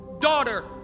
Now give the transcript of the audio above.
daughter